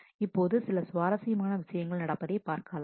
இப்போது சில சுவாரசியமான விஷயங்கள் நடப்பதை பார்க்கலாம்